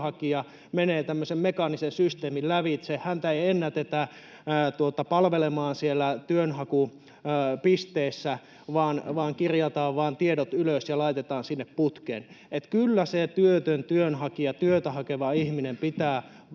mekaanisen systeemin lävitse, jossa häntä ei ennätetä palvelemaan siellä työnhakupisteessä vaan kirjataan vain tiedot ylös ja laitetaan sinne putkeen. Kyllä se työtön työnhakija, työtä hakeva ihminen, pitää palvella